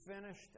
finished